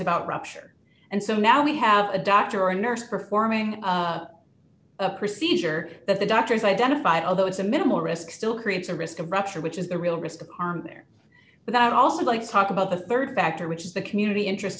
about rupture and so now we have a doctor or a nurse performing a procedure that the doctors identify although it's a minimal risk still creates a risk of rupture which is the real risk of harm there but that also like to talk about the rd factor which is the community interest